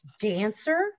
Dancer